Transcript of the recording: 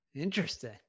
interesting